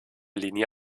linie